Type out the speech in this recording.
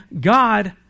God